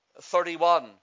31